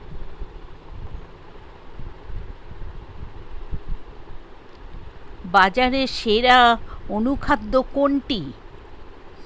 বাজারে সেরা অনুখাদ্য কোনটি?